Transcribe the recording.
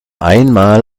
einmal